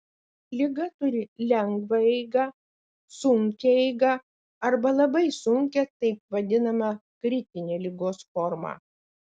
liga turi lengvą eigą sunkią eigą arba labai sunkią taip vadinamą kritinę ligos formą